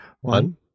One